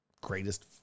greatest